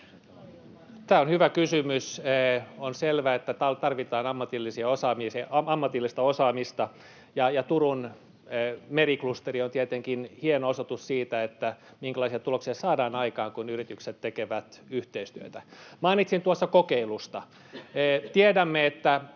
Tämä on hyvä kysymys. On selvää, että tarvitaan ammatillista osaamista, ja Turun meriklusteri on tietenkin hieno osoitus siitä, minkälaisia tuloksia saadaan aikaan, kun yritykset tekevät yhteistyötä. Mainitsin tuossa kokeilusta. Tiedämme, että